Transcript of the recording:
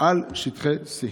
על שטחי C?